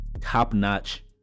top-notch